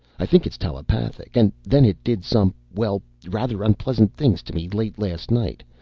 i think it's telepathic, and then it did some, well, rather unpleasant things to me late last night.